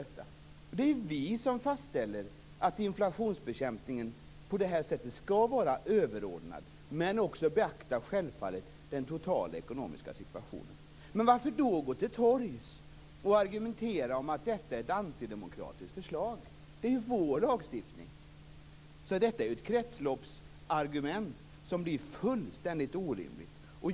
Det är vi som fastställer att inflationsbekämpningen på detta sätt skall vara överordnad, samtidigt som man självfallet också skall beakta den totala ekonomiska situationen. Varför då gå till torgs och argumentera att det är ett antidemokratiskt förslag? Det är ju vår lagstiftning. Det är ett kretsloppsargument som blir fullständigt orimligt.